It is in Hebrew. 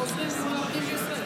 וחוזרים ומלמדים בישראל,